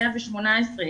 118,